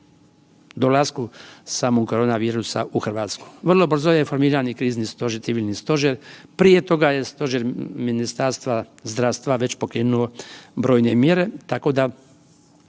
dolasku samog korona virusa u Hrvatsku. Vrlo brzo je formiran i krizni i civilni stožer, prije toga je stožer Ministarstva zdravstva već pokrenuo brojne mjere tako da